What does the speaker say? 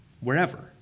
wherever